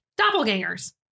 Doppelgangers